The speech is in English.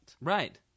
Right